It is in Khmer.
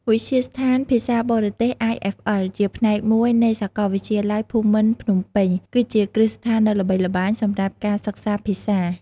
វិទ្យាស្ថានភាសាបរទេស (IFL) ជាផ្នែកមួយនៃសាកលវិទ្យាល័យភូមិន្ទភ្នំពេញ គឺជាគ្រឹះស្ថានដ៏ល្បីល្បាញសម្រាប់ការសិក្សាភាសា។